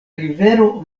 rivero